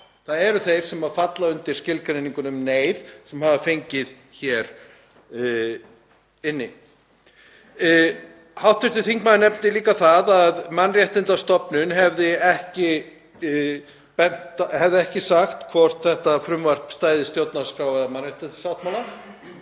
brott. Þeir sem falla undir skilgreiningu um neyð hafa fengið hér inni. Hv. þingmaður nefndi líka að Mannréttindastofnun hefði ekki sagt hvort þetta frumvarp stæðist stjórnarskrá eða mannréttindasáttmála.